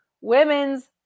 women's